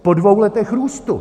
Po dvou letech růstu!